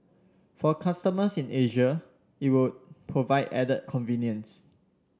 for customers in Asia it would provide added convenience